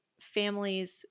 families